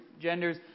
genders